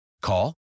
Call